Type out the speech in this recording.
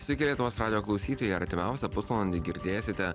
sveiki lietuvos radijo klausytojai artimiausią pusvalandį girdėsite